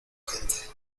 gente